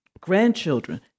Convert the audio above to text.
grandchildren